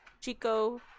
chico